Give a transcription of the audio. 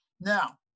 now